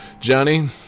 johnny